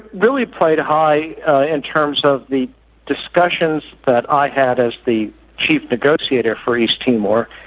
really played high ah in terms of the discussions that i had as the chief negotiator for east timor,